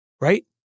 right